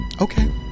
okay